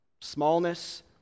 Smallness